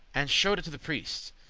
and shew'd to the priest.